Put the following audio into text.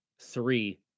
three